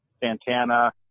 santana